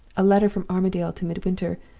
a letter from armadale to midwinter,